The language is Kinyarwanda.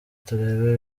turebe